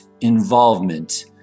involvement